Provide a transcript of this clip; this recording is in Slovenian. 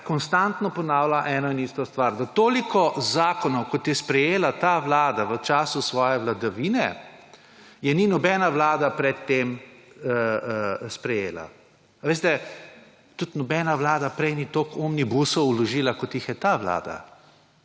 konstantno ponavlja eno in isto stvar. V toliko zakonov kot je sprejela ta Vlada v času svoje vladavine, je ni nobena Vlada pred tem sprejela. Veste, tudi nobena Vlada prej ni toliko omnibusov vložila kot jih je ta Vlada